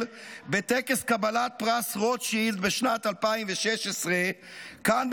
בטקס קבלת פרס רוטשילד בשנת 2016 כאן,